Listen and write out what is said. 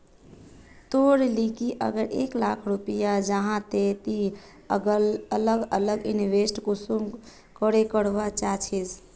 तोर लिकी अगर एक लाख रुपया जाहा ते ती अलग अलग इन्वेस्टमेंट कुंसम करे करवा चाहचिस?